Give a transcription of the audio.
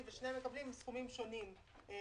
אין התייעצות סיעתית.